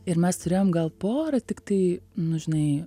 ir mes turėjom gal porą tiktai nu žinai